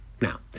Now